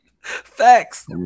Facts